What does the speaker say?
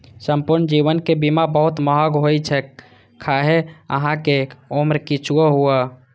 संपूर्ण जीवन के बीमा बहुत महग होइ छै, खाहे अहांक उम्र किछुओ हुअय